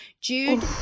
Jude